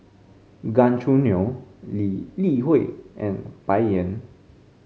Gan Choo Neo Lee Li Hui and Bai Yan